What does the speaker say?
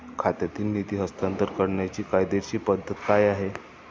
खात्यातील निधी हस्तांतर करण्याची कायदेशीर पद्धत काय आहे?